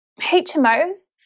HMOs